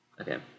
Okay